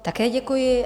Také děkuji.